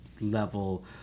level